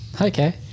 Okay